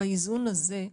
באיזון הזה,